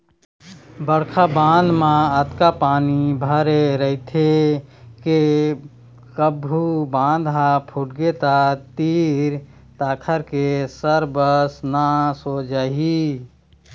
बड़का बांध म अतका पानी भरे रहिथे के कभू बांध ह फूटगे त तीर तखार के सरबस नाश हो जाही